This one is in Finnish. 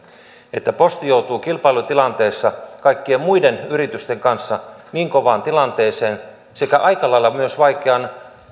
että posti joutuu kilpailutilanteessa kaikkien muiden yritysten kanssa niin kovaan tilanteeseen sekä aika lailla myös vaikean